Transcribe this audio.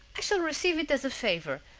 i shall receive it as a favor,